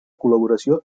col·laboració